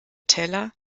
teller